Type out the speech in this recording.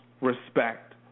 respect